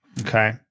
Okay